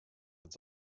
its